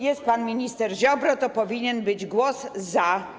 Jest pan minister Ziobro, to powinien być głos za.